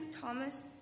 Thomas